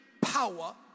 Power